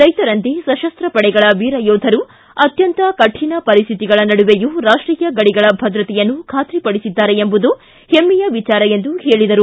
ರೈತರಂತೆ ಸಶಸ್ತ ಪಡೆಗಳ ವೀರ ಯೋಧರು ಅತ್ಯಂತ ಕಠಿಣ ಪರಿಸ್ಥಿತಿಗಳ ನಡುವೆಯೂ ರಾಷ್ಟೀಯ ಗಡಿಗಳ ಭದ್ರತೆಯನ್ನು ಖಾತ್ರಿ ಪಡೆಸಿದ್ದಾರೆ ಎಂಬುದು ಹಮ್ಮೆಯ ವಿಚಾರ ಎಂದು ಹೇಳಿದರು